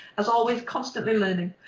as always constantly learning.